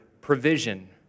provision